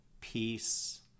peace